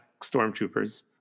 stormtroopers